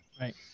Right